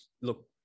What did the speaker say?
look